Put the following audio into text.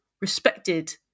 respected